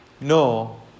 no